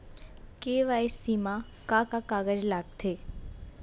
KYC मा का का कागज लगथे?